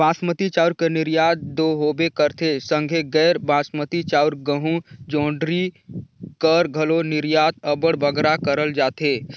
बासमती चाँउर कर निरयात दो होबे करथे संघे गैर बासमती चाउर, गहूँ, जोंढरी कर घलो निरयात अब्बड़ बगरा करल जाथे